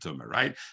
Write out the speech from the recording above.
right